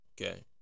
okay